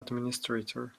administrator